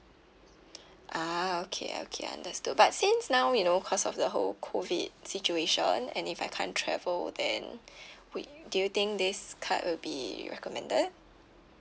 ah okay okay understood but since now you know cause of the whole COVID situation and if I can't travel then we do you think this card will be recommended